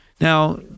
Now